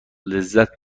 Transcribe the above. لذت